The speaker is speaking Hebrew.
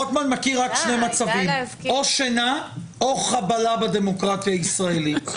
רוטמן מכיר רק שני מצבים: או שינה או חבלה בדמוקרטיה הישראלית.